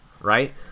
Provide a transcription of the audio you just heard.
Right